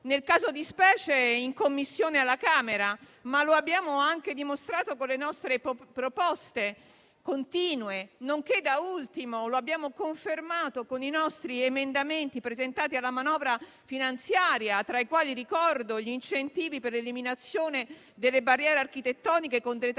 nel caso di specie in Commissione alla Camera, ma lo abbiamo fatto anche con le nostre proposte continue e da ultimo lo abbiamo confermato con gli emendamenti da noi presentati alla manovra finanziaria, tra i quali ricordo gli incentivi per l'eliminazione delle barriere architettoniche con detrazioni